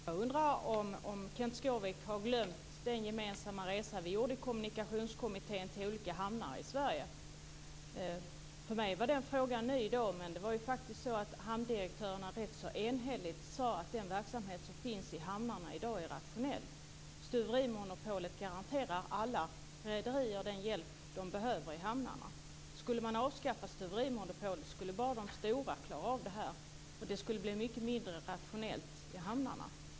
Fru talman! Jag undrar om Kenth Skårvik har glömt den gemensamma resa vi gjorde i Kommunikationskommittén till olika hamnar i Sverige. För mig var den här frågan ny då, men hamndirektörerna sade rätt enhälligt att den verksamhet som drivs i hamnarna i dag är rationell. Stuverimonopolet garanterar alla rederier den hjälp de behöver i hamnarna. Om man avskaffade stuverimonopolet skulle bara de stora klara av det här, och det skulle bli mycket mindre rationellt för hamnarna.